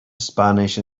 spanish